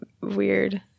weird